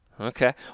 okay